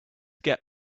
get